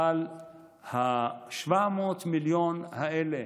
אבל ה-700 מיליון האלה